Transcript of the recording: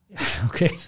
Okay